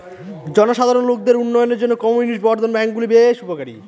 জনসাধারণ লোকদের উন্নয়নের জন্য কমিউনিটি বর্ধন ব্যাঙ্কগুলা বেশ উপকারী